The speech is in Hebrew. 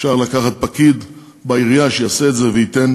אפשר לקחת פקיד בעירייה שיעשה את זה וייתן